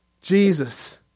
Jesus